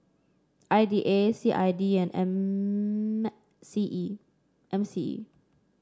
I D A C I D and M C E M C E